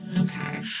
Okay